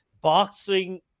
boxing